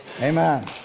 Amen